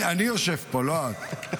אני יושב פה, לא את.